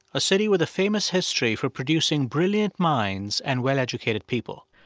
a city with a famous history for producing brilliant minds and well-educated people.